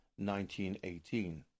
1918